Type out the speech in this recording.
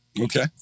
Okay